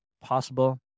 possible